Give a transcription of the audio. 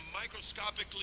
microscopically